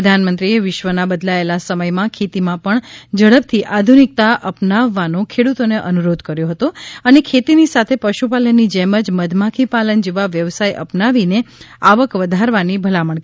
પ્રધાનમંત્રીએ વિશ્વના બદલાયેલા સમયમાં ખેતીમાં પણ ઝડપથી આધુનિકતા અપનાવવાનો ખેડૂતોને અનુરોધ કર્યો હતો અને ખેતીની સાથે પશુપાલની જેમ જ મધમાખી પાલન જેવા વ્યવસાય અપનાવીને આવક વધારવાની ભલામણ કરી હતી